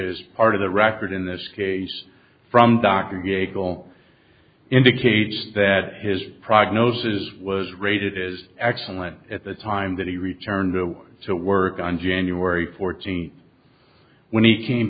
is part of the record in this case from dr gago indicates that his prognosis was rated is excellent at the time that he returned to work on january fourteenth when he came